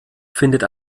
findet